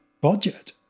budget